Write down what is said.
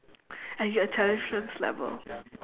at your intelligence level